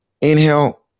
inhale